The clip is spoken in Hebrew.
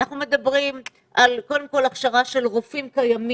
אנחנו מדברים קודם כל על הכשרה של רופאים קיימים,